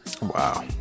Wow